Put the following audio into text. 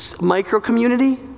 micro-community